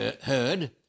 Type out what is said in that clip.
heard